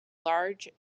large